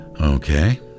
Okay